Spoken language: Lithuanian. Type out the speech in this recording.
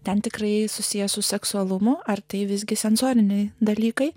ten tikrai susijęs su seksualumu ar tai visgi sensoriniai dalykai